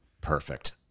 Perfect